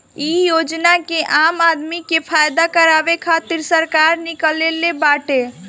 इ योजना के आम आदमी के फायदा करावे खातिर सरकार निकलले बाटे